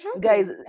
Guys